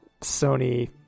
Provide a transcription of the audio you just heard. Sony